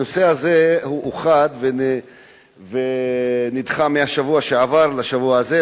הנושא הזה אוחד ונדחה מהשבוע שעבר לשבוע הזה,